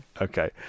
Okay